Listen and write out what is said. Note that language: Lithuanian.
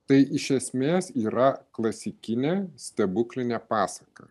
tai iš esmės yra klasikinė stebuklinė pasaka